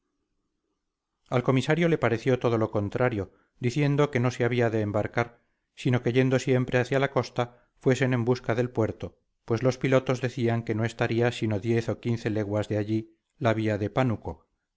al comisario le pareció todo lo contrario diciendo que no se había de embarcar sino que yendo siempre hacia la costa fuesen en busca del puerto pues los pilotos decían que no estaría sino diez o quince leguas de allí la vía de pánuco